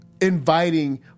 inviting